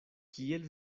kiel